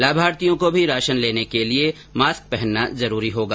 लाभार्थियों को भी राशन लेने के लिए मास्क पहनना जरूरी होगा